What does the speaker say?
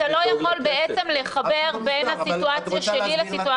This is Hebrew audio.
אז אתה לא יכול בעצם לחבר בין הסיטואציה שלי לסיטואציה שלהם.